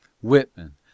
Whitman